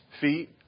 feet